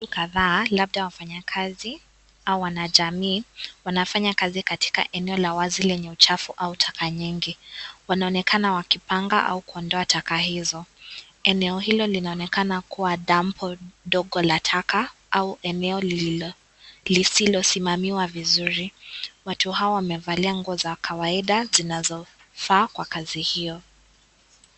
Watu kadhaa, labda wafanyakazi au wanajamii. Wanafanya kazi katika eneo la wazi lenye uchafu au taka nyingi. Wanaonekana wakipanga au kuondoa taka hizo. Eneo hilo linaonekana kuwa dampo ndogo la taka au eneo lisilosimamiwa vizuri. Watu hawa wamevalia nguo za kawaida, zinazofaa kwa kazi hiyo.